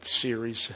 series